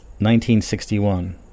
1961